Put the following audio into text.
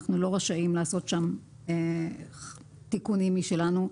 אנחנו לא רשאים לעשות שם תיקונים משלנו.